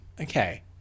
Okay